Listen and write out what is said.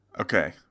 Okay